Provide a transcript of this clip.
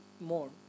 more